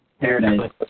Paradise